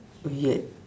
weird